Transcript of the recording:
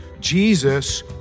Jesus